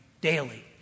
daily